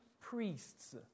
priests